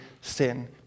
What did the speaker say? sin